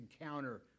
encounter